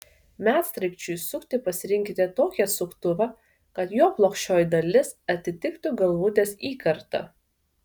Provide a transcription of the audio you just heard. medsraigčiui sukti pasirinkite tokį atsuktuvą kad jo plokščioji dalis atitiktų galvutės įkartą